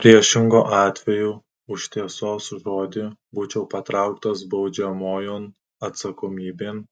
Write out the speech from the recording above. priešingu atveju už tiesos žodį būčiau patrauktas baudžiamojon atsakomybėn